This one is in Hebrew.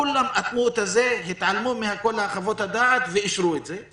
כולם התעלמו מכל חוות הדעת ואישרו את זה.